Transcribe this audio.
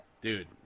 Dude